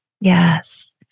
Yes